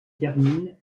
termine